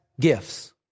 gifts